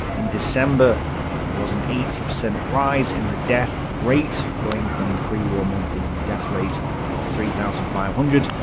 in december there was an eighty percent rise in the death rate going from the pre-war monthly death rate of three thousand five hundred,